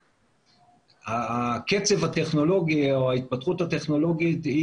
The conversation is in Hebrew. הקצב הטכנולוגי או ההתפתחות הטכנולוגית היא